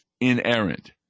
inerrant